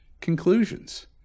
conclusions